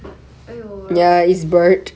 !aiyo!